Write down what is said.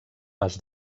pas